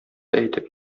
әйтеп